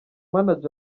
manager